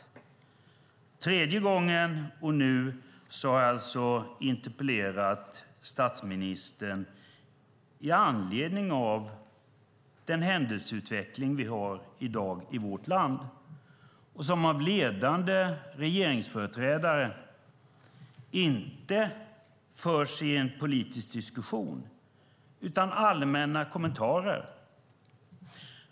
För tredje gången har jag nu interpellerat statsministern, i anledning av den händelseutveckling vi har i vårt land i dag och som av ledande regeringsföreträdare inte berörs i en politisk diskussion utan i allmänna kommentarer.